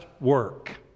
work